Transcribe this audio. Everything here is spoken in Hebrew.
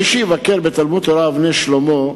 מי שיבקר בתלמוד-תורה "אבני שלמה",